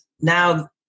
now